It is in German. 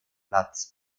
platz